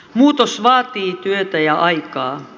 muutos vaatii työtä ja aikaa